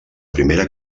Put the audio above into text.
primera